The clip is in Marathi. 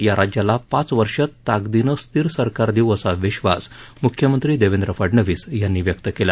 या राज्याला पाच वर्ष ताकदीनं स्थिर सरकार देऊ असा विश्वास मुख्यमंत्री देवेंद्र फडणवीस यांनी व्यक्त केला